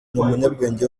umunyabwenge